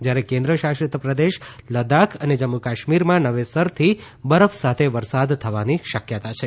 જયારે કેન્દ્ર શાસિત પ્રદેશ લદાખ અને જમ્મુ કાશ્મીરમાં નવેસરથી બરફ સાથે વરસાદ થવાની શકયતા છે